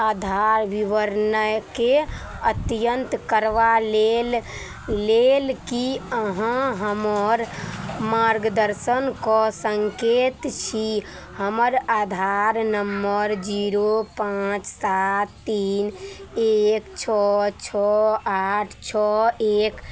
आधार विवरणके अद्यतन करबा लेल लेल की अहाँ हमर मार्गदर्शन कऽ सकैत छी हमर आधार नम्बर जीरो पाँच सात तीन एक छओ छओ आठ छओ एक